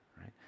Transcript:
right